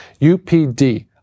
UPD